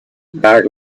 dar